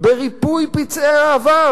בריפוי פצעי העבר,